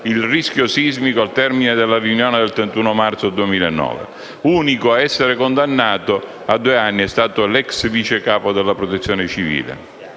il rischio sismico al termine della riunione del 31 marzo 2009. L'unico a essere condannato a due anni è stato l'ex vice capo della Protezione civile.